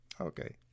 okay